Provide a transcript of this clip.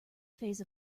phase